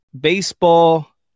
Baseball